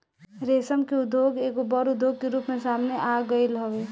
रेशम के उद्योग एगो बड़ उद्योग के रूप में सामने आगईल हवे